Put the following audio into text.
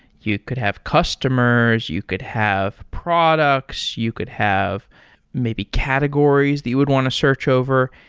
you could have customers. you could have products. you could have maybe categories that you would want to search over.